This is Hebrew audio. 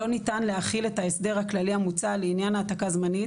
לא ניתן להחיל את ההסדר הכללי המוצע לעניין ההעתקה זמנית